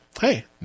hey